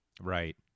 Right